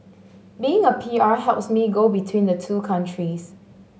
being a P R helps me go between the two countries